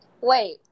Wait